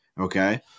Okay